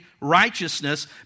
righteousness